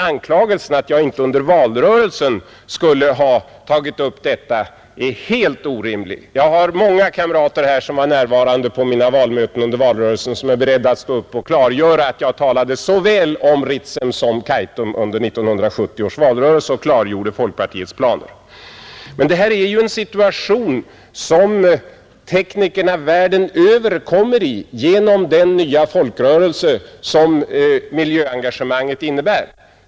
Anklagelsen att jag inte under valrörelsen skulle ha tagit upp detta är emellertid helt orimlig. Jag har många kamrater här, som var närvarande på mina möten under valrörelsen och som är beredda att stå upp och klargöra att jag talade om såväl Ritsem som Kaitum under 1970 års valrörelse och då redovisade folkpartiets uppfattning. Men det här är ju en situation som teknikerna världen över kommer i genom den nya folkrörelse som miljöengagemanget innebär.